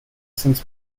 since